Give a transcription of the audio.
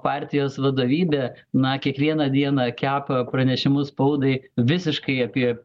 partijos vadovybė na kiekvieną dieną kepa pranešimus spaudai visiškai apie